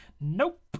Nope